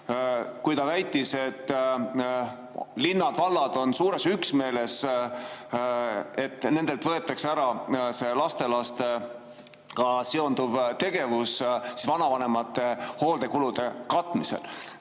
Ta väitis, et linnad ja vallad on suures üksmeeles [toetamas seda], et nendelt võetakse ära see lastelastega seonduv tegevus vanavanemate hooldekulude katmisel.